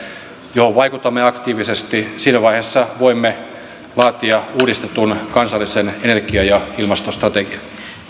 joihin vaikutamme aktiivisesti voimme laatia uudistetun kansallisen energia ja ilmastostrategian